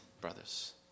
brothers